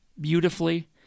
beautifully